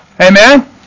Amen